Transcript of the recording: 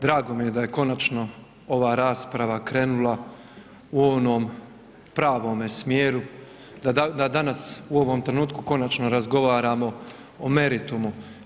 Drago mi je da je konačno ova rasprava krenula u onom pravom smjeru, da danas u ovome trenutku konačno razgovaramo o meritumu.